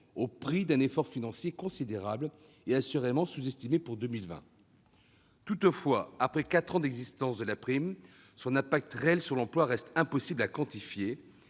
au prix d'un effort financier considérable, et assurément sous-estimé pour 2020. Toutefois, après quatre ans d'existence de la prime, son impact réel sur l'emploi reste impossible à quantifier.